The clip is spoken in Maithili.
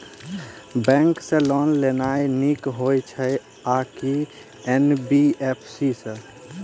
बैंक सँ लोन लेनाय नीक होइ छै आ की एन.बी.एफ.सी सँ?